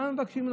מה מבקשים?